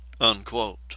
Unquote